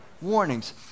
warnings